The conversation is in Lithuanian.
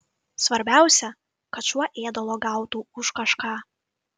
svarbiausia kad šuo ėdalo gautų už kažką